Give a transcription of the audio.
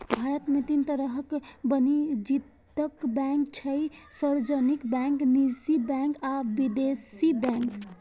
भारत मे तीन तरहक वाणिज्यिक बैंक छै, सार्वजनिक बैंक, निजी बैंक आ विदेशी बैंक